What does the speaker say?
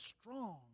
strong